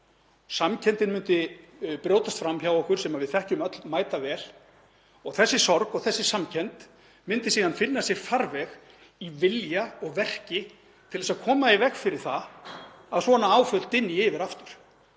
samkenndin myndi brjótast fram hjá okkur sem við þekkjum öll mætavel og þessi sorg og þessi samkennd myndi síðan finna sér farveg í vilja og verki til þess að koma í veg fyrir það að svona áföll dynji yfir aftur.